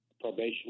probation